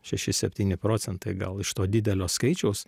šeši septyni procentai gal iš to didelio skaičiaus